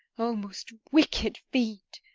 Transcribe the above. o most wicked fiend!